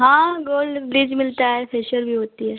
हाँ gold bleach मिलता है फे़शियल भी होता है